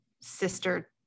sister